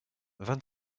vingt